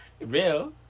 real